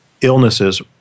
illnesses